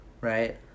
right